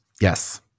Yes